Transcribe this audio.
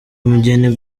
umugeni